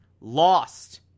...lost